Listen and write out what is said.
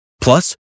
Plus